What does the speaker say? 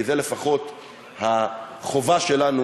כי זו לפחות החובה שלנו,